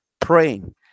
praying